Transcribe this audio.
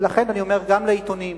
ולכן אני אומר גם לעיתונים,